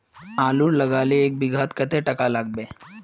आलूर लगाले एक बिघात कतेक टका लागबे?